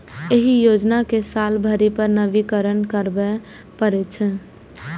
एहि योजना कें साल भरि पर नवीनीकरण कराबै पड़ै छै